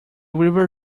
river